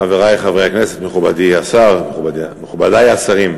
חברי חברי הכנסת, מכובדי השר, מכובדי השרים,